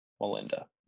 Melinda